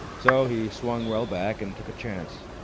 so he swung well back and took a chance.